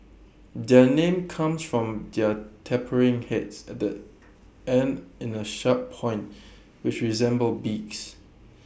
their name comes from their tapering heads that end in A sharp point which resemble beaks